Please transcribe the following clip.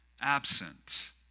absent